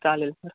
चालेल सर